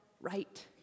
right